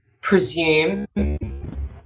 presume